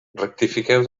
rectifiqueu